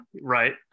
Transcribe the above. right